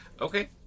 Okay